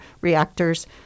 reactors